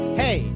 hey